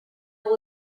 will